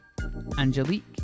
Angelique